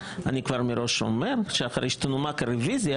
אני אומר כבר מראש שאחרי שתנומק הרוויזיה